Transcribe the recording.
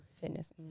Fitness